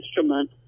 instrument